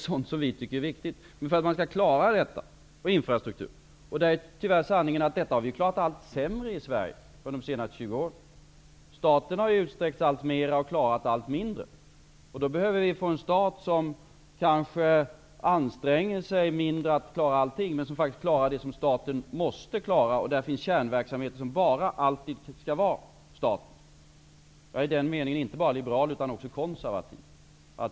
Sanningen är tyvärr att vi har klarat dessa uppgifter allt sämre i Sverige under de senaste 20 åren. Staten har utsträckt sig alltmer och klarat allt mindre. Då behöver vi få en stat som kanske anstränger sig mindre för att klara allting, men som faktiskt klarar det som staten måste klara. Det skall finnas kärnverksamheter som alltid endast skall vara statens. Jag är i den meningen inte bara liberal utan också konservativ.